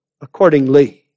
accordingly